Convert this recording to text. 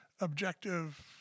objective